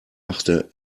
machte